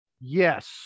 Yes